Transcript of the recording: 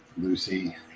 Lucy